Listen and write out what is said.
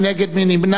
מי נגד?